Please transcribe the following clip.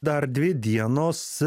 dar dvi dienos